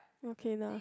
okay lah